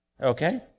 Okay